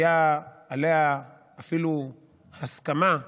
הייתה עליה אפילו הסכמה,